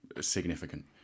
significant